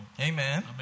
Amen